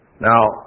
Now